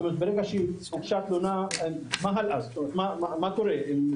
ברגע שהוגשה תלונה מה הלאה, מה קורה.